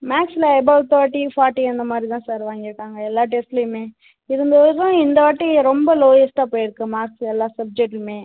மேக்ஸில் above thirty forty அந்த மாதிரிதான் சார் வாங்கியிருக்காங்க எல்லா டெஸ்ட்லேயுமே இந்தவாட்டி ரொம்ப லோயஸ்ட்டாக போய்ருக்கு மார்க்ஸ் எல்லா சப்ஜெக்ட்டுமே